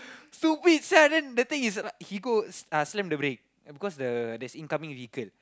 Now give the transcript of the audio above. stupid sia then the thing is he go uh slam the brake because the there's incoming vehicle